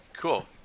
Cool